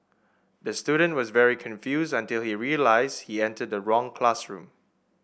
the student was very confused until he realised he entered the wrong classroom